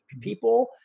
people